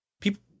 People